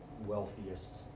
wealthiest